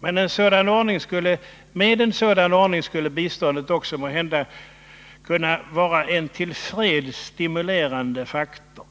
Med en sådan ordning skulle biståndet också måhända kunna vara en till fred stimulerande faktor.